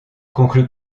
conclut